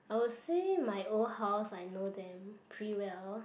I would say my old house I know them pretty well